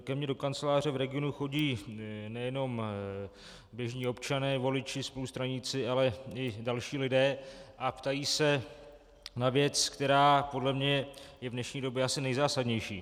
Ke mně do kanceláře v regionu chodí nejenom běžní občané, voliči, spolustraníci, ale i další lidé a ptají se na věc, která podle mě je v dnešní době asi nejzásadnější.